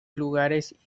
lugares